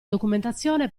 documentazione